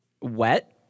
Wet